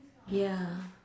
ya